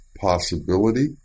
possibility